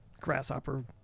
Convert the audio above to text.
grasshopper